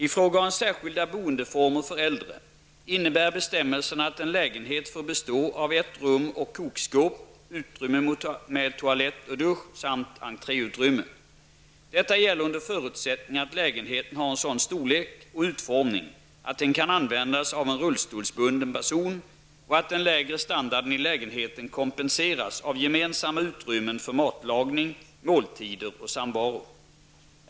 I fråga om särskilda boendeformer för äldre innebär bestämmelserna att en lägenhet får bestå av ett rum och kokskåp, utrymme med toalett och dusch samt entréutrymme. Detta gäller under förutsättning att lägenheten har en sådan storlek och utformning att den kan användas av en rullstolsbunden person och att den lägre standarden i lägenheten kompenseras av gemensamma utrymmen för matlagning, måltider och samvaro.